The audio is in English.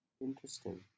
Interesting